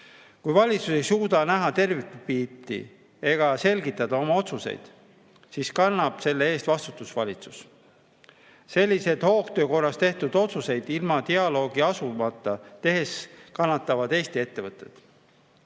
Kui valitsus ei suuda näha tervikpilti ega selgitada oma otsuseid, siis kannab selle eest vastutust valitsus. Sellised hoogtöö korras tehtud otsused, ilma dialoogi astumata, kahjustavad Eesti ettevõtteid.